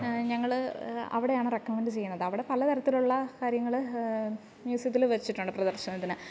ഞങ്ങൾ അവിടെയാണ് റെക്കമൻഡ് ചെയ്യുന്നത് അവിടെ പല തരത്തിലുള്ള കാര്യങ്ങൾ മ്യൂസിയത്തിൽ വെച്ചിട്ടുണ്ട് പ്രദർശനത്തിന്